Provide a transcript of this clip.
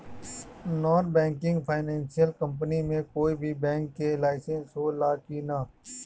Non banking financial company मे कोई भी बैंक के लाइसेन्स हो ला कि ना?